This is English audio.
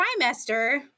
trimester